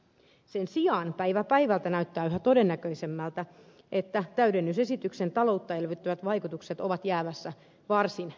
sen sijaan päivä päivältä näyttää yhä todennäköisemmältä että täydennysesityksen taloutta elvyttävät vaikutukset ovat jäämässä varsin vähäisiksi